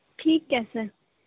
ਠੀਕ ਹੈ ਸਰ